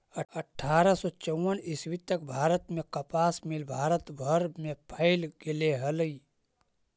अट्ठारह सौ चौवन ईस्वी तक भारत में कपास मिल भारत भर में फैल गेले हलई